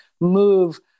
move